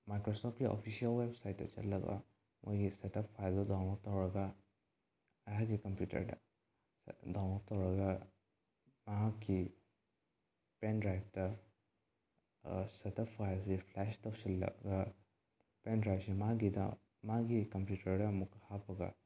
ꯃꯥꯏꯀ꯭ꯔꯣꯁꯣꯞꯀꯤ official ꯋꯦꯕꯁꯥꯏꯠꯇ ꯆꯠꯂꯒ ꯃꯣꯏꯒꯤ ꯁꯦꯠꯑꯞ ꯐꯥꯏꯜꯗꯨ ꯗꯥꯎꯟꯂꯣꯠ ꯇꯧꯔꯒ ꯑꯩꯍꯥꯛꯀꯤ ꯀꯝꯄ꯭ꯌꯨꯇꯔꯗ ꯗꯥꯎꯟꯂꯣꯠ ꯇꯧꯔꯒ ꯃꯍꯥꯛꯀꯤ ꯄꯦꯟꯗ꯭ꯔꯥꯏꯞꯇ ꯁꯦꯠꯑꯞ ꯐꯥꯏꯜꯁꯤ ꯐ꯭ꯂꯥꯁ ꯇꯧꯁꯤꯜꯂꯒ ꯄꯦꯟꯗ꯭ꯔꯥꯏꯞꯁꯤ ꯃꯥꯒꯤꯗ ꯃꯥꯒꯤ ꯀꯝꯄ꯭ꯌꯨꯇꯔꯗ ꯑꯃꯨꯛꯀ ꯍꯥꯞꯄ